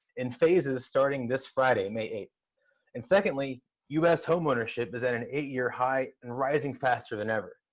in phases starting this friday, may eighth and secondly us home ownership is at an eight-year high, and rising faster than ever!